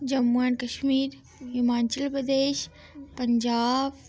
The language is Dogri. जम्मू एण्ड कश्मीर हिमाचल प्रदेश पंजाब